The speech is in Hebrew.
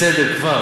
בסדר כבר.